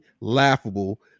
laughable